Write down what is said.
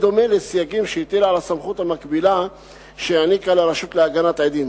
בדומה לסייגים שהטילה על הסמכות המקבילה שהעניקה לרשות להגנה על עדים.